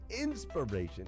inspiration